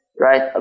right